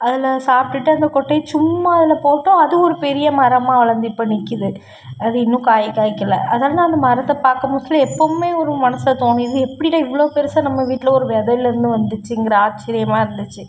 அதில் சாப்பிடுட்டு அந்த கொட்டையை சும்மா அதில் போட்டோம் அது ஒரு பெரிய மரமாக வளர்ந்து இப்போ நிக்குது அது இன்னும் காய் காய்க்கலை அதெல்லாம் அந்த மரத்தை பார்க்கும் புதுசில் எப்பவும் ஒரு மனசில் தோணுது இது எப்படிடா இவ்வளோ பெருசாக நம்ம வீட்டில் ஒரு விதையில இருந்து வந்துச்சுங்கின்ற ஆச்சரியமாக இருந்துச்சு